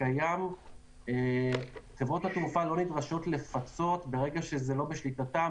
הקיים חברות התעופה לא נדרשות לפצות ברגע שזה לא בשליטתם.